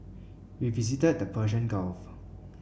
we visited the Persian Gulf